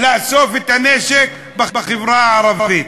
לאסוף את הנשק בחברה הערבית.